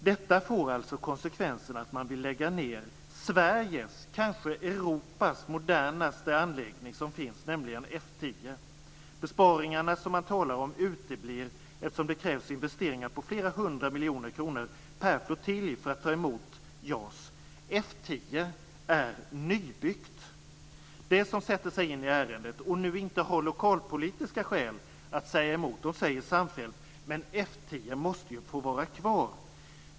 Detta får konsekvensen att man vill lägga ned Sveriges, kanske Besparingarna som man talar om uteblir eftersom det krävs investeringar på flera hundra miljoner kronor per flottilj för att ta emot JAS. F 10 är nybyggt! De som sätter sig in i ärendet och nu inte har lokalpolitiska skäl att säga emot säger samfällt: F 10 måste få vara kvar!